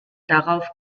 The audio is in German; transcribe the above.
darauf